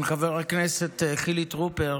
עם חבר הכנסת חילי טרופר